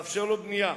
לאפשר לו בנייה,